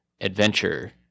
adventure